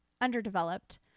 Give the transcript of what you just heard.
underdeveloped